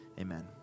Amen